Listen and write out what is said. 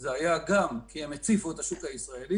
זה היה גם כי הם הציפו את השוק הישראלי